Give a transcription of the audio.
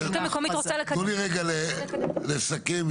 תנו לי רגע לסכם.